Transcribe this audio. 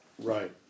Right